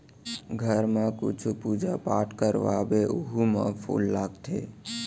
घर म कुछु पूजा पाठ करवाबे ओहू म फूल लागथे